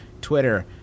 Twitter